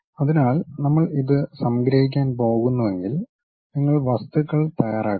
അതിനാൽ നമ്മൾ ഇത് സംഗ്രഹിക്കാൻ പോകുന്നുവെങ്കിൽ നിങ്ങൾ വസ്തുക്കൾ തയ്യാറാക്കുക